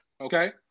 Okay